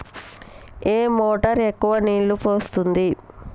ఏ motor ఎక్కువ నీళ్లు పోస్తుంది?